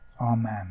Amen